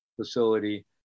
facility